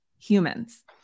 humans